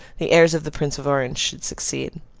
the heirs of the prince of orange should succeed.